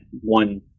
one